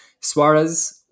Suarez